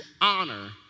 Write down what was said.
honor